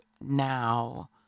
now